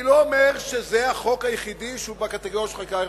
אני לא אומר שזה החוק היחידי שהוא בקטגוריה של חקיקה חברתית.